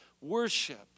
worship